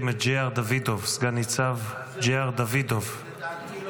את סגן ניצב ג'יאר דוידוב --- לדעתי,